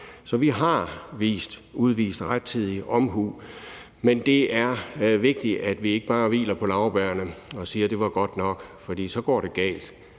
Så vi har udvist rettidig omhu. Men det er vigtigt, at vi ikke bare hviler på laurbærrene og siger, at det er godt nok, for så går det galt.